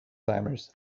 climbers